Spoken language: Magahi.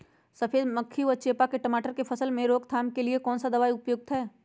सफेद मक्खी व चेपा की टमाटर की फसल में रोकथाम के लिए कौन सा दवा उपयुक्त है?